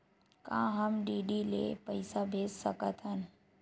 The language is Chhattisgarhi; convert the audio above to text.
का हम डी.डी ले पईसा भेज सकत हन?